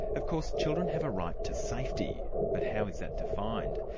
of course children have a right to safety, but how is that defined?